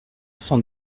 cent